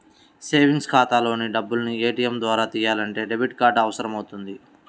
savings ఖాతాలోని డబ్బుల్ని ATM ద్వారా తియ్యాలంటే డెబిట్ కార్డు అవసరమవుతుంది